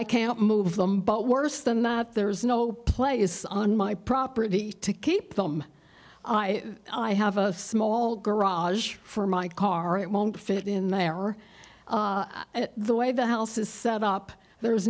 i cannot move them but worse than that there is no play is on my property to keep them i have a small garage for my car it won't fit in there or the way the house is set up there is